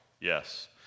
yes